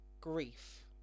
grief